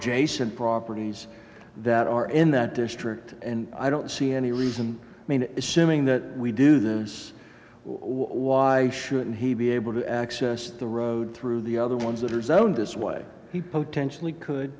jason properties that are in that district and i don't see any reason i mean assuming that we do this why shouldn't he be able to access the road through the other ones that are zoned this way he potentially could